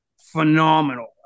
phenomenal